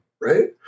right